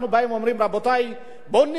בואו ניתן למערכת אכיפת החוק